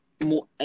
more